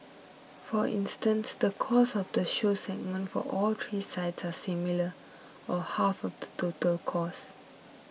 for instance the cost of the show segment for all three sites are similar or half of the total costs